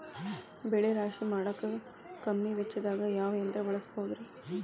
ಬೆಳೆ ರಾಶಿ ಮಾಡಾಕ ಕಮ್ಮಿ ವೆಚ್ಚದಾಗ ಯಾವ ಯಂತ್ರ ಬಳಸಬಹುದುರೇ?